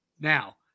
Now